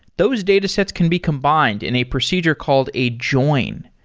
those datasets can be combined in a procedure called a join.